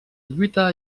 lluita